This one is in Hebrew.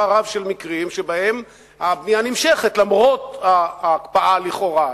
רב של מקרים שבהם הבנייה נמשכת למרות ההקפאה לכאורה.